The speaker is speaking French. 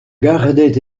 gardait